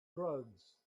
drugs